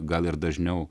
gal ir dažniau